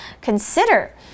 consider